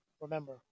Remember